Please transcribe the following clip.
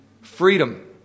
Freedom